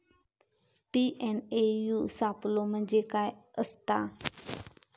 TNAU सापलो म्हणजे काय असतां?